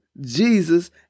Jesus